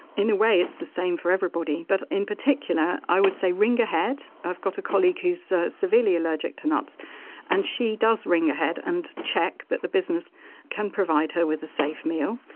in a way it's the same for everybody but in particular i would say ring ahead, i've got a colleague who's severely allergic to nuts and she does ring ahead and check that the business can provide her with a safe meal.